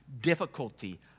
difficulty